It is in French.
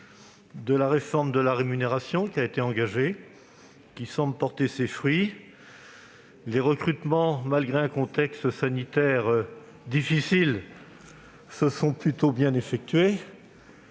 de la réforme de la rémunération qui a été engagée et qui semble porter ses fruits, puisque les recrutements, malgré un contexte sanitaire difficile, se sont plutôt bien effectués.